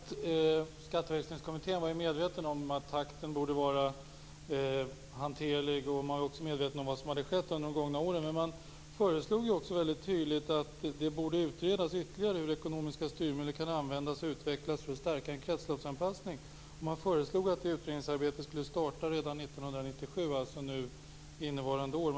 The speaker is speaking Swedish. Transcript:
Fru talman! Det är som skatteministern säger - Skatteväxlingskommittén var medveten om att takten borde vara hanterlig, och den var också medveten om vad som hade skett under de gångna åren. Men kommittén föreslog också väldigt tydligt att det borde utredas ytterligare hur ekonomiska styrmedel kan användas och utvecklas för att stärka en kretsloppsanpassning. Den föreslog att utredningsarbetet skulle starta redan 1997, dvs. innevarande år.